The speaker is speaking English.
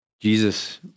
Jesus